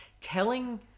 telling